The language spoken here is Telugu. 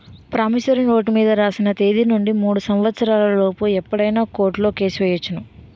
ప్రామిసరీ నోటు మీద రాసిన తేదీ నుండి మూడు సంవత్సరాల లోపు ఎప్పుడైనా కోర్టులో కేసు ఎయ్యొచ్చును